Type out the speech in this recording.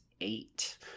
eight